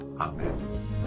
Amen